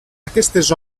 aquestes